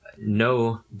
no